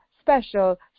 special